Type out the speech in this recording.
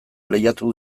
lehiatu